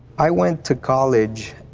i went to college,